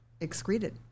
excreted